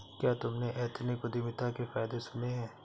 क्या तुमने एथनिक उद्यमिता के फायदे सुने हैं?